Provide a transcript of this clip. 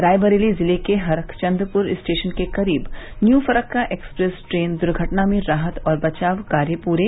रायबरेली ज़िले के हरचन्दपुर स्टेशन के करीब न्यू फरक्का एक्सप्रेस ट्रेन दुर्घटना में राहत और बचाव कार्य पूरे